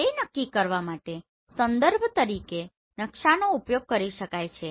તે નક્કી કરવા માટે સંદર્ભ તરીકે નકશાનો ઉપયોગ કરી શકાય છે